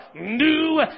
New